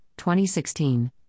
2016